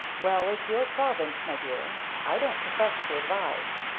well, it's your province, my dear. i don't profess to advise.